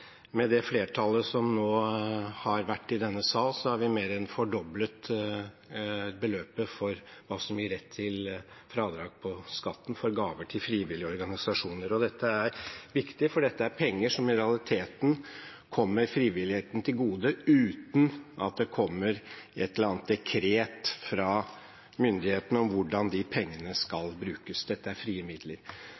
Med det flertallet som nå har vært i denne sal, har vi mer enn fordoblet beløpet for hva som gir rett til fradrag på skatten for gaver til frivillige organisasjoner. Det er viktig, for dette er penger som i realiteten kommer frivilligheten til gode, uten at det kommer et eller annet dekret fra myndighetene om hvordan de pengene skal